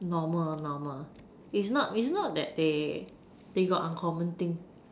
normal normal is not is not that they they got uncommon thing